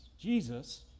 Jesus